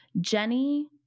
Jenny